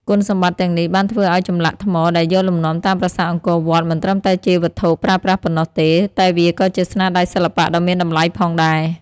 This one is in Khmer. គុណសម្បត្តិទាំងនេះបានធ្វើឱ្យចម្លាក់ថ្មដែលយកលំនាំតាមប្រាសាទអង្គរវត្ត មិនត្រឹមតែជាវត្ថុប្រើប្រាស់ប៉ុណ្ណោះទេ តែវាក៏ជាស្នាដៃសិល្បៈដ៏មានតម្លៃផងដែរ។